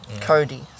Cody